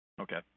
okay